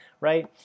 right